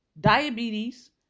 diabetes